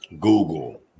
Google